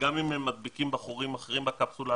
וגם אם הם מדביקים בחורים אחרים בקפסולה,